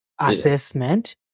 assessment